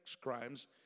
crimes